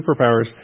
superpowers